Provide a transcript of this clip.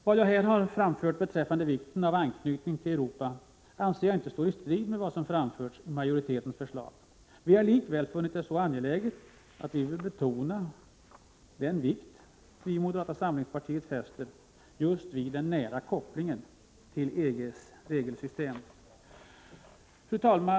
Vad jag här har framfört beträffande vikten av anknytning till Europa anser jag inte stå i strid med vad som framförts i majoritetens förslag. Men jag har likväl velat betona den vikt som moderata samlingspartiet fäster vid just den nära kopplingen till EG:s regelsystem. Fru talman!